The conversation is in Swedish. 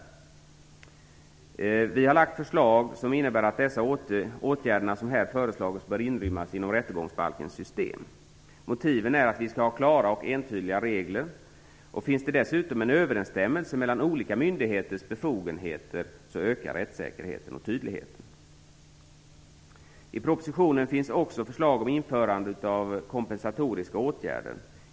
Moderaterna har lagt fram ett förslag som innebär att de åtgärderna som här har föreslagits bör inrymmas i rättegångsbalkens system. Motiven är att vi skall ha klara och entydiga regler. Om det dessutom finns en överensstämmelse mellan olika myndigheters befogenheter så ökar rättssäkerheten och tydligheten. I propositionen finns också förslag om införande av kompensatoriska åtgärder.